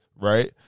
Right